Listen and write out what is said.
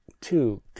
two